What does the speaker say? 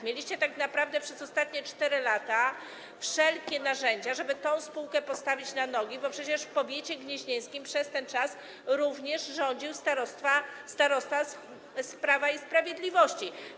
Mieliście tak naprawdę przez ostatnie 4 lata wszelkie narzędzia, żeby tę spółkę postawić na nogi, bo przecież w powiecie gnieźnieńskim przez ten czas również rządził starosta z Prawa i Sprawiedliwości.